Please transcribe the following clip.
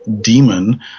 Demon